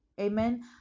Amen